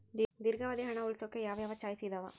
ದೇರ್ಘಾವಧಿ ಹಣ ಉಳಿಸೋಕೆ ಯಾವ ಯಾವ ಚಾಯ್ಸ್ ಇದಾವ?